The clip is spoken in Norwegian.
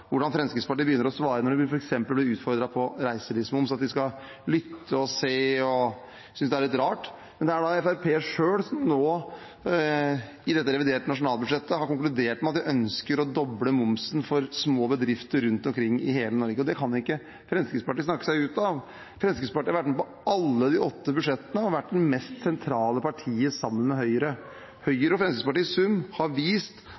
hvordan Fremskrittspartiet begynner å svare når de f.eks. blir utfordret på reiselivsmomsen, at de skal lytte og se og synes det er litt rart. Men det er Fremskrittspartiet selv som nå i dette revidert nasjonalbudsjett har konkludert med at de ønsker å doble momsen for små bedrifter rundt omkring i hele Norge. Det kan ikke Fremskrittspartiet snakke seg ut av. Fremskrittspartiet har vært med på alle de åtte budsjettene og har vært det mest sentrale partiet sammen med Høyre. Høyre og Fremskrittspartiet i sum har vist